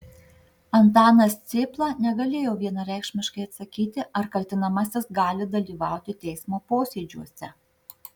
antanas cėpla negalėjo vienareikšmiškai atsakyti ar kaltinamasis gali dalyvauti teismo posėdžiuose